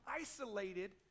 isolated